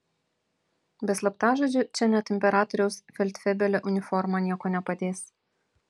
be slaptažodžio čia net imperatoriaus feldfebelio uniforma nieko nepadės